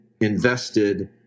invested